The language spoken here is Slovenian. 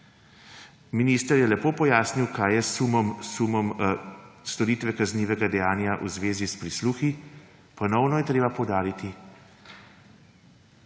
Minister je lepo pojasnil, kaj je s sumom storitve kaznivega dejanja v zvezi s prisluhi. Ponovno je treba poudariti,